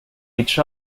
each